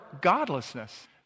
godlessness